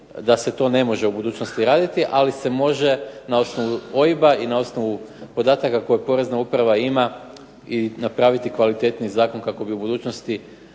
da se to ne može u budućnosti raditi, ali se može na osnovu OIB-a i na osnovu podataka koje porezna uprava ima i napraviti kvalitetniji zakon kako bi u budućnosti